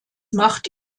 macht